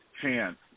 chance